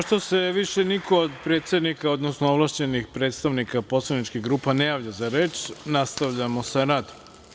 Pošto se više niko od predsednika, odnosno ovlašćenih predstavnika poslaničkih grupa ne javlja za reč, nastavljamo sa radom.